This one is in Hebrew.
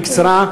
בקצרה,